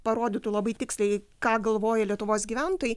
parodytų labai tiksliai ką galvoja lietuvos gyventojai